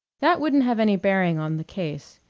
that wouldn't have any bearing on the case.